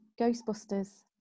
ghostbusters